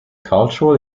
cultural